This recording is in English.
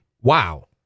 Wow